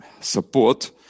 support